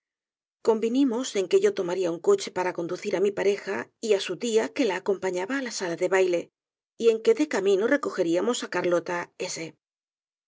convinimos en que yo tomaría un coche para conducir á mi pareja y á su tia que la acompañaba á la sala de baile y en que de camino recogeríamos á carlota s